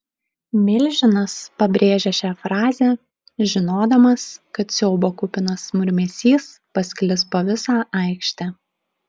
milžinas pabrėžė šią frazę žinodamas kad siaubo kupinas murmesys pasklis po visą aikštę